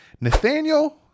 Nathaniel